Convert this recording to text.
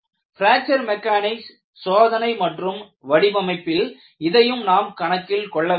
fracture mechanics சோதனை மற்றும் வடிவமைப்பில் இதையும் நாம் கணக்கில் கொள்ள வேண்டும்